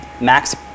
Max